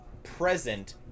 Present